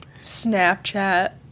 Snapchat